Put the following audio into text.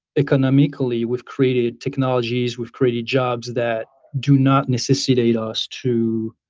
economically, we've created technologies, we've created jobs that do not necessitate us to